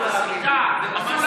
זו אשמה?